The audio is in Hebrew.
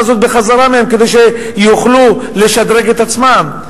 הזאת מהם כדי שיוכלו לשדרג את עצמם.